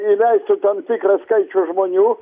įleisiu tam tikrą skaičių žmonių